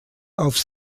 auf